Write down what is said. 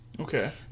Okay